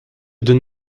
donne